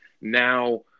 Now